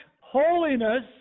holiness